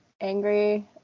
angry